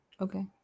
Okay